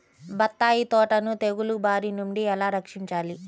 బత్తాయి తోటను తెగులు బారి నుండి ఎలా రక్షించాలి?